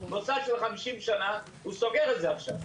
מוסד של 50 שנה הוא סוגר עכשיו.